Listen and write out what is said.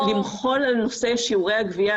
כדי למחול על נושא שיעורי הגבייה,